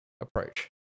approach